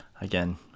Again